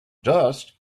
dust